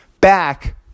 back